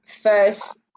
first